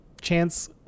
chance